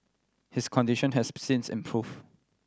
his condition has since improved